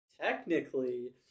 technically